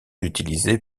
utilisé